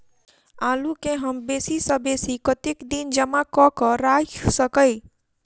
आलु केँ हम बेसी सऽ बेसी कतेक दिन जमा कऽ क राइख सकय